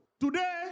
Today